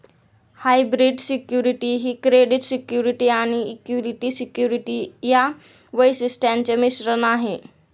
hybrid security ही credit security आणि equity security या वैशिष्ट्यांचे मिश्रण आहे